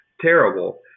terrible